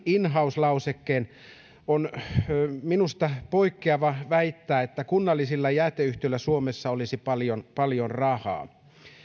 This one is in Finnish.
in house lausekkeen on minusta poikkeavaa väittää että kunnallisilla jäteyhtiöillä suomessa olisi paljon paljon rahaa